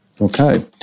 Okay